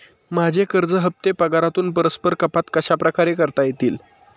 माझे कर्ज हफ्ते पगारातून परस्पर कपात कशाप्रकारे करता येतील?